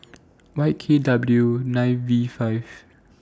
Y K W nine V five